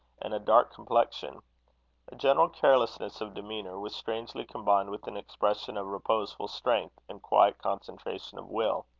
and a dark complexion. a general carelessness of demeanour was strangely combined with an expression of reposeful strength and quiet concentration of will.